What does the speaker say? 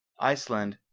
iceland,